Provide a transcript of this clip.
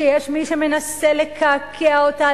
שיש מי שמנסה לקעקע אותה,